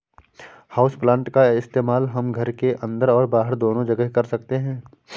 houseplant का इस्तेमाल हम घर के अंदर और बाहर दोनों जगह कर सकते हैं